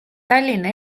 tallinna